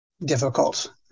difficult